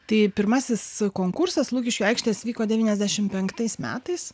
tai pirmasis konkursas lukiškių aikštės vyko devyniasdešimt penktais metais